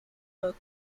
book